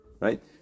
Right